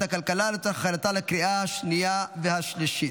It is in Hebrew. הכלכלה לצורך הכנתה לקריאה השנייה והשלישית.